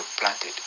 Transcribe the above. planted